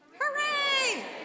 Hooray